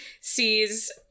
sees